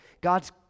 God's